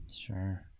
Sure